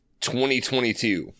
2022